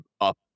up